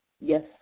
Yes